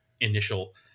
initial